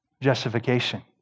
Justification